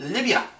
Libya